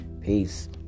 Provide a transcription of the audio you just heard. Peace